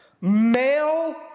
male